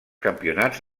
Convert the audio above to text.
campionats